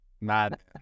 Mad